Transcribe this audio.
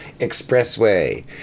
Expressway